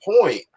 point